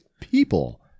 people